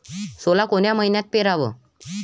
सोला कोन्या मइन्यात पेराव?